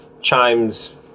Chimes